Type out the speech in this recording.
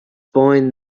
point